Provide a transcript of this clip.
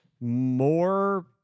more